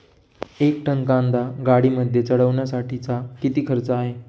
एक टन कांदा गाडीमध्ये चढवण्यासाठीचा किती खर्च आहे?